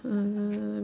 uh